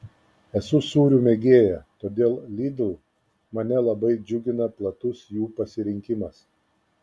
esu sūrių mėgėja todėl lidl mane labai džiugina platus jų pasirinkimas